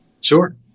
Sure